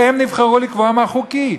והם נבחרו לקבוע מה חוקי.